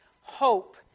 hope